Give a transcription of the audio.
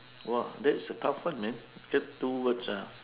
!whoa! that is a tough one man get two words ah